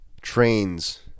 trains